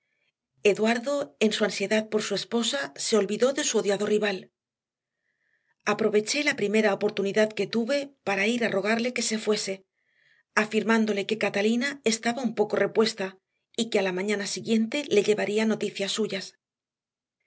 eduardo en su ansiedad por su esposa se olvidó de su odiado rival aproveché la primera oportunidad que tuve para ir a rogarle que se fuese afirmándole que catalina estaba un poco repuesta y que a la mañana siguiente le llevaría noticias suyas